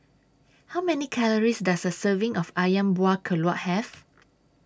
How Many Calories Does A Serving of Ayam Buah Keluak Have